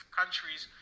countries